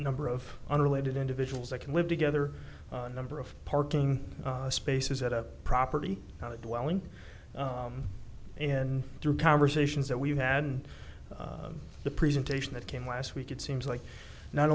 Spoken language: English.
number of unrelated individuals that can live together a number of parking spaces at a property how did welling in through conversations that we've had and the presentation that came last week it seems like not